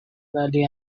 valley